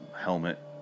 helmet